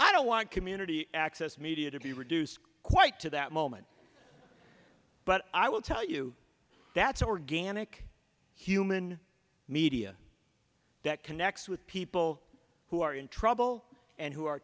i don't want community access media to be reduced quite to that moment but i will tell you that's organic human media that connects with people who are in trouble and who are